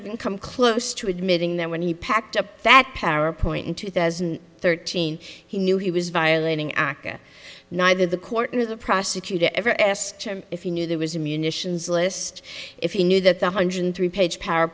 even come close to admitting that when he packed up that power point in two thousand and thirteen he knew he was violating aca neither the courtney or the prosecutor ever asked him if he knew there was a munitions list if he knew that the hundred three page power